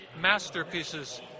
masterpieces